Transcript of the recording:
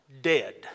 dead